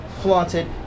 flaunted